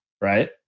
right